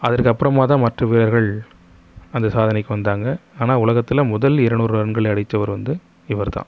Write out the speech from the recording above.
அதற்கப்புறமாக தான் மற்ற பேர்கள் அந்த சாதனைக்கு வந்தாங்க ஆனால் உலகத்தில் முதல் இருநூறு ரன்களை அடித்தவர் வந்து இவர் தான்